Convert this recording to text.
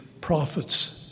prophets